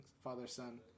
father-son